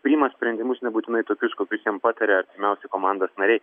priima sprendimus nebūtinai tokius kokius jam pataria artimiausi komandos nariai